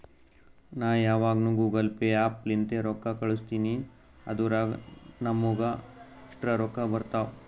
ನಾ ಯಾವಗ್ನು Google Pay app ಲಿಂತೇ ರೊಕ್ಕಾ ಕಳುಸ್ತಿನಿ ಅದುರಾಗ್ ನಮ್ಮೂಗ ಎಕ್ಸ್ಟ್ರಾ ರೊಕ್ಕಾ ಬರ್ತಾವ್